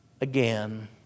Again